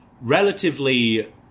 relatively